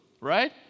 right